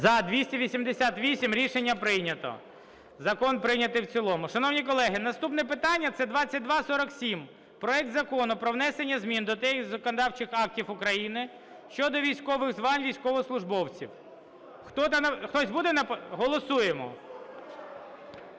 За-288 Рішення прийнято. Закон прийнятий в цілому. Шановні колеги, наступне питання – це 2247: проект Закону про внесення змін до деяких законодавчих актів України щодо військових звань військовослужбовців. Хтось буде наполягати?